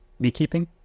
Beekeeping